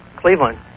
Cleveland